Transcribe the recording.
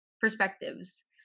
perspectives